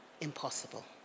impossible